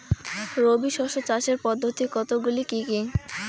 রবি শস্য চাষের পদ্ধতি কতগুলি কি কি?